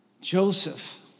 Joseph